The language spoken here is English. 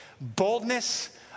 boldness